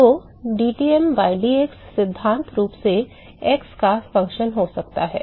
तो dTm बटा dx सिद्धांत रूप में x का फलन हो सकता है